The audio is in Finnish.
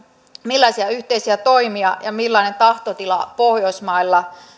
millaisia yhteisiä toimia ja millainen tahtotila pohjoismailla